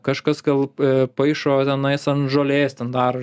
kažkas gal paišo tenais ant žolės ten daro